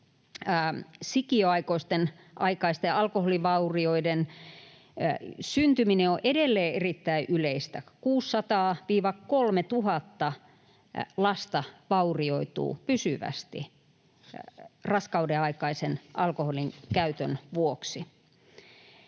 että sikiöaikaisten alkoholivaurioiden syntyminen on edelleen erittäin yleistä: 600—3 000 lasta vaurioituu pysyvästi raskaudenaikaisen alkoholinkäytön vuoksi.